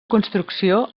construcció